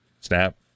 Snap